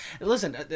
Listen